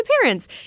appearance